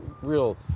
real